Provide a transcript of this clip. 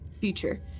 future